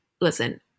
listen